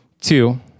two